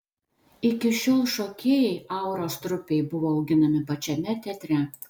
iki šiol šokėjai auros trupei buvo auginami pačiame teatre